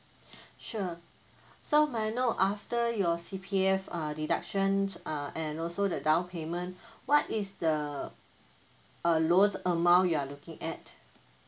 sure so may I know after your C_P_F uh deductions uh and also the down payment what is the uh loan amount you are looking at